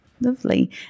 Lovely